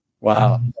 Wow